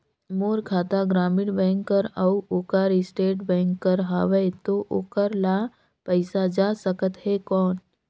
मोर खाता ग्रामीण बैंक कर अउ ओकर स्टेट बैंक कर हावेय तो ओकर ला पइसा जा सकत हे कौन?